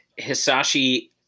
Hisashi